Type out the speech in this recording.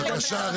בבקשה.